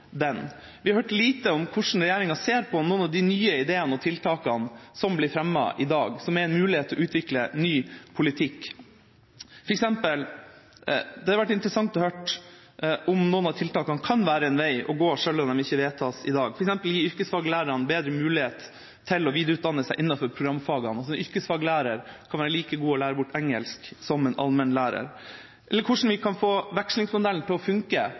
den. Vi hørte lite om hvordan regjeringa ser på noen av de nye ideene og tiltakene som blir fremmet i dag, og som er en mulighet til å utvikle ny politikk. Det hadde f.eks. vært interessant å høre om noen av tiltakene kan være en vei å gå selv om de ikke vedtas i dag, f.eks. å gi yrkesfaglærerne bedre mulighet til å videreutdanne seg innenfor programfagene. En yrkesfaglærer kan være like god til å lære bort engelsk som en allmennlærer. Eller hvordan vi kan få vekslingsmodellen til å